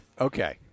Okay